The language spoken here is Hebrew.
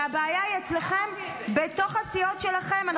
והבעיה היא אצלכם בתוך הסיעות שלכם.